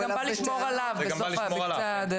זה גם בא לשמור עליו בסופו של דבר.